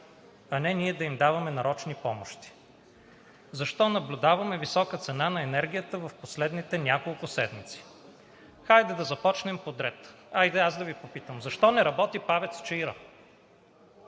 а не ние да им даваме нарочни помощи. Защо наблюдаваме висока цена на енергията в последните няколко седмици? Хайде да започнем подред. Хайде аз да Ви попитам: защо не работи ПАВЕЦ „Чаира“?